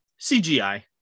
CGI